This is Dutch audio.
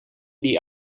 die